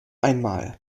einmal